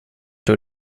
tog